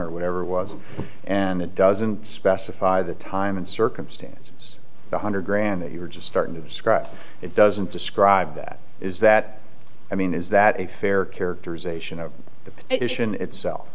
or whatever it was and it doesn't specify the time and circumstance one hundred grand that you were just starting to describe it doesn't describe that is that i mean is that a fair characterization of the petition itself